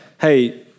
hey